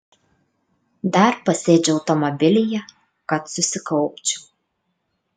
dar pasėdžiu automobilyje kad susikaupčiau